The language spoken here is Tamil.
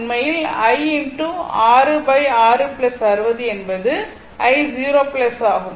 உண்மையில் என்பது i 0 ஆகும்